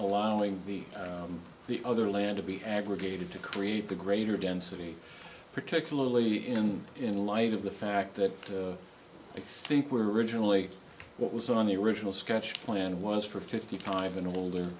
allowing the the other layer to be aggregated to create the greater density particularly in in light of the fact that i think were originally what was on the original sketch plan was for fifty five and older